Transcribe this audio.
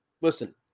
Listen